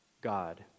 God